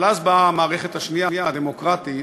אבל אז באה המערכת השנייה, הדמוקרטית,